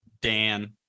Dan